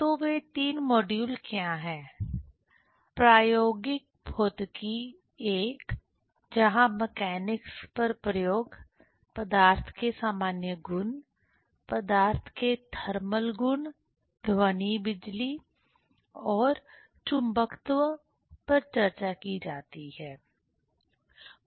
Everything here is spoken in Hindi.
तो वे 3 मॉड्यूल क्या हैं प्रायोगिक भौतिकी I जहां मैकेनिकस पर प्रयोग पदार्थ के सामान्य गुण पदार्थ के थर्मल गुण ध्वनि बिजली और चुंबकत्व पर चर्चा की जाती है